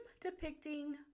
depicting